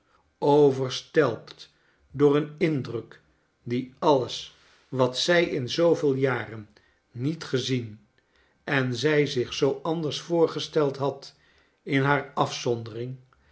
overstelpt door den indruk dre alles wat zij in zooveel jaren niet gezien en zij zich zoo anders voorgesteld had in haar afzondering